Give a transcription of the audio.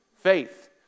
Faith